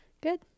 Good